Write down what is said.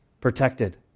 protected